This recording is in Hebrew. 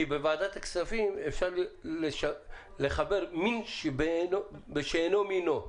כי בוועדת הכספים אפשר לחבר מין בשאינו מינו.